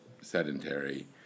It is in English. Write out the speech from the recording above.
sedentary